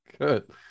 Good